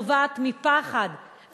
נובעת מפחד,